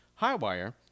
Highwire